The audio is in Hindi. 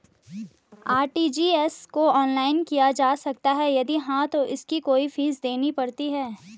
आर.टी.जी.एस को ऑनलाइन किया जा सकता है यदि हाँ तो इसकी कोई फीस देनी पड़ती है?